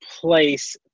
place